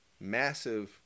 massive